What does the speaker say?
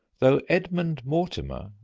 though edmund mortimer,